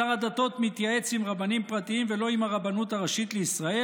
שר הדתות מתייעץ עם רבנים פרטיים ולא עם הרבנות הראשית לישראל?